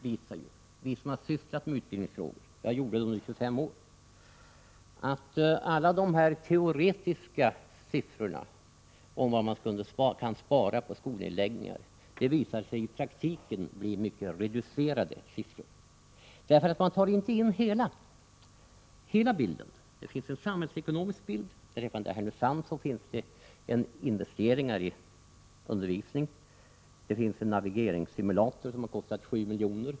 Vi som har arbetat mycket med sådana här frågor — jag har själv gjort det under 25 år — vet att alla teoretiska redovisningar med siffror på vad man kan spara genom skolnedläggningar visar sig i praktiken komma att innehålla mycket reducerade siffror. Man tar nämligen inte in hela bilden i sammanhanget. Det finns t.ex. en samhällsekonomisk bild. Beträffande Härnösand är att säga att man har gjort investeringar för undervisningen som t.ex. en navigeringssimulator, som har kostat 7 miljoner.